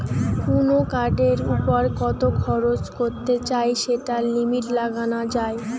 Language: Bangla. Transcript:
কুনো কার্ডের উপর কত খরচ করতে চাই সেটার লিমিট লাগানা যায়